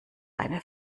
eine